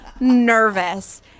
nervous